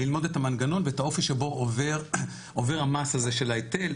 ללמוד את המנגנון ואת האופי שבו עובר המס הזה של ההיטל,